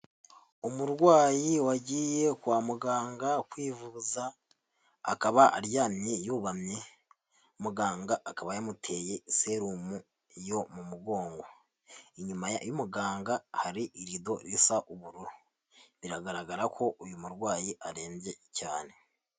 Umurwayi wagiye kwa muganga kwivuza akaba aryamye yubamye muganga akaba yamuteye serumu yo mu mugongo, inyuma y'umuganga hari irido risa ubururu, biragaragara ko uyu murwayi arembye cyane.